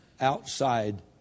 outside